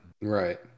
Right